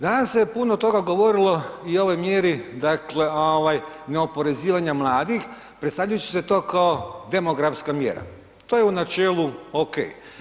Danas se je puno toga govorilo i o ovoj mjeri dakle, ovaj neoporezivanja mladih, predstavljajući se to kao demografska mjera, to je u načelu okej.